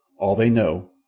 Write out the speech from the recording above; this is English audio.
all they know,